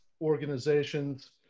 organizations